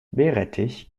meerrettich